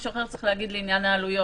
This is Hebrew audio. מישהו אחר צריך לומר לעניין העלויות,